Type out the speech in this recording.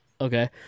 Okay